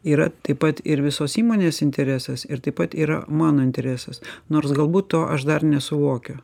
yra taip pat ir visos įmonės interesas ir taip pat yra mano interesas nors galbūt to aš dar nesuvokiu